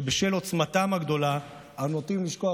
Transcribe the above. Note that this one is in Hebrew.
שבשל עוצמתם הגדולה אנו נוטים לשכוח,